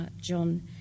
John